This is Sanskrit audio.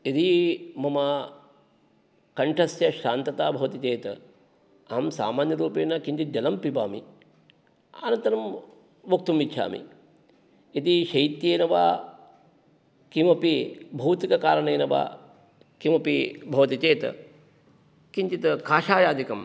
यदि मम कण्ठस्य श्रान्तता भवति चेत् अहं सामान्यरूपेण किञ्चित् जलं पिबामि अनन्तरं वक्तुम् इच्छामि यदि शैत्येन वा किमपि भौतिककारणेन वा किमपि भवति चेत् किञ्चित् कषायादिकं